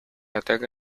ataque